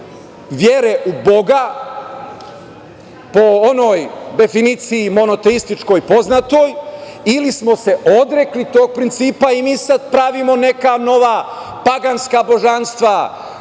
vere u Boga, po onoj definiciji monoteističkoj poznatoj, ili smo odrekli tog principa i mi sada pravimo neka paganska božanstva,